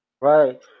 Right